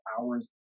hours